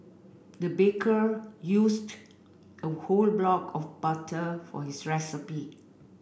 the baker used a whole block of butter for his recipe